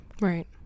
right